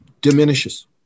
diminishes